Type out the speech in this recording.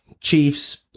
Chiefs